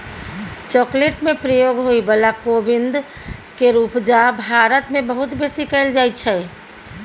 chocolate में प्रयोग होइ बला कोविंद केर उपजा भारत मे बहुत बेसी कएल जाइ छै